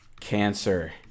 cancer